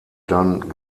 dann